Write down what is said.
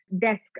desk